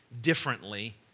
differently